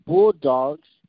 Bulldogs